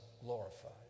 glorified